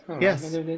Yes